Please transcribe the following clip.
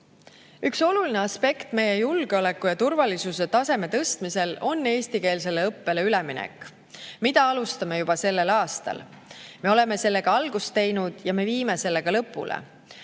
Üks oluline aspekt meie julgeoleku ja turvalisuse taseme tõstmisel on eestikeelsele õppele üleminek, mida alustame juba sellel aastal. Me oleme sellega algust teinud ja me viime selle ka lõpule.